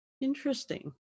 Interesting